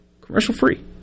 commercial-free